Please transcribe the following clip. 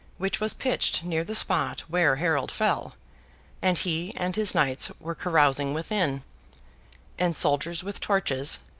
which was pitched near the spot where harold fell and he and his knights were carousing, within and soldiers with torches,